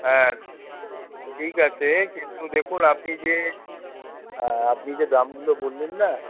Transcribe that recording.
হ্যাঁ ঠিক আছে কিন্তু দেখুন আপনি যে আপনি যে দামগুলো বললেন না